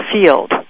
field